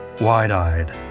wide-eyed